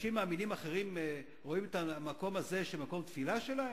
שאנשים מאמינים אחרים רואים את המקום הזה כמקום תפילה שלהם?